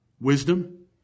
Wisdom